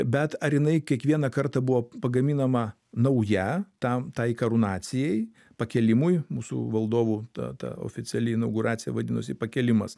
bet ar jinai kiekvieną kartą buvo pagaminama nauja tam tai karūnacijai pakėlimui mūsų valdovų ta ta oficiali inauguracija vadinosi pakėlimas